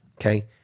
okay